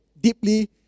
deeply